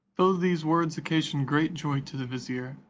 though these words occasioned great joy to the vizier,